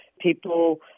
People